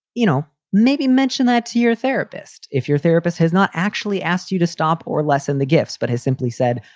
you know, maybe mentioned that to your therapist. if your therapist has not actually asked you to stop or lessen the gifts, but has simply said,